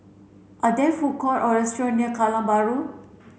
are there food court or restaurant near Kallang Bahru